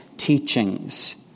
teachings